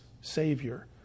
savior